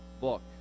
book